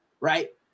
right